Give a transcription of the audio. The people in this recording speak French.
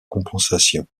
compensation